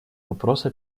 вопросу